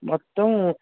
మొత్తం